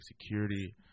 security